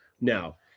Now